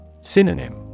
Synonym